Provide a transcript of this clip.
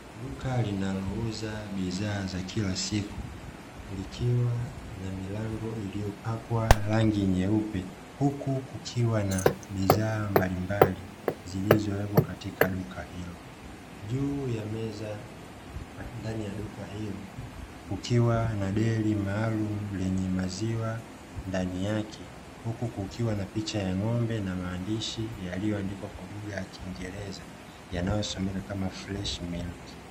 Duka linalouza bidhaa za kila siku, likiwa na milango iliyopakwa rangi nyeupe, huku kukiwa na bidhaa mbalimbali zilizowekwa katika duka hilo, juu ya meza ndani ya duka hilo kukiwa na deli maalumu lenye maziwa ndani yake, huku kukiwa na picha ya ng'ombe na maandishi yaliyoandikwa kwa kiingereza, yanayosomeka kama "Fresh milk".